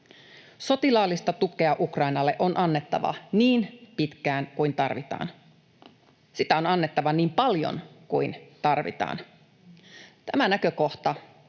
Sotilaallista tukea Ukrainalle on annettava niin pitkään kuin tarvitaan. Sitä on annettava niin paljon kuin tarvitaan. Tämä näkökohta